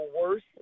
worse